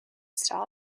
style